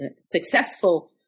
successful